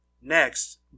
Next